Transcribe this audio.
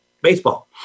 Baseball